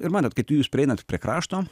ir matot kai jūs prieinat prie krašto